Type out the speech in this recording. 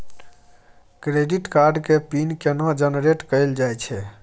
Credit card के pin केना generate कैल जाए छै?